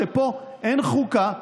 הרי פה אין חוקה.